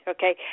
Okay